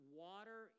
water